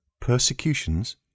persecutions